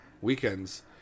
weekends